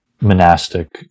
monastic